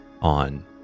on